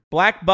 Black